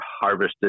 harvested